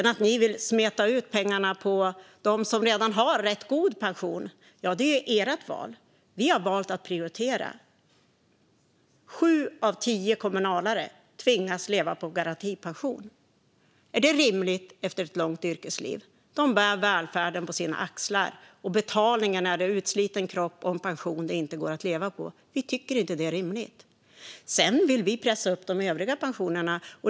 Ni vill smeta ut pengarna på dem som redan har en rätt god pension - det är ert val. Vi har valt att prioritera. Sju av tio kommunalare tvingas leva på garantipension. Är det rimligt efter ett långt yrkesliv? De bär välfärden på sina axlar, och betalningen är en utsliten kropp och en pension det inte går att leva på. Vi tycker inte att det är rimligt. Sedan vill vi pressa upp de övriga pensionerna.